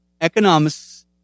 economists